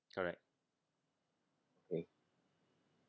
correct okay